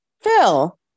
Phil